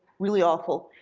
really awful.